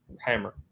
hammer